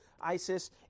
Isis